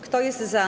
Kto jest za?